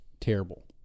terrible